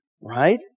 right